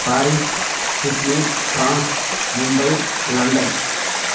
Paris Sydney France Mumbai London